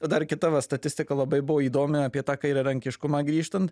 dar kita va statistika labai buvo įdomi apie tą kairiarankiškumą grįžtant